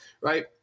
right